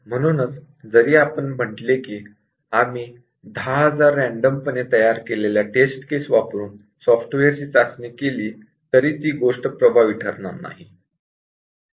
म्हणूनच जरी आपण म्हटले की आम्ही 10000 रँडम पणे तयार केलेल्या टेस्ट केस वापरून सॉफ्टवेअर ची चाचणी केली तरी ती गोष्ट प्रभावी ठरणार नाही